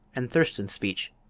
and thurston's speech,